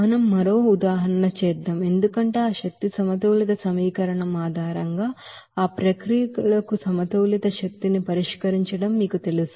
మనం మరో ఉదాహరణ చేద్దాం ఎందుకంటే ఆ ఎనర్జీ బాలన్స్ ఈక్వేషన్ ఆధారంగా ఆ ప్రక్రియలకు ఎనర్జీ బాలన్స్ని పరిష్కరించడం మీకు తెలుసు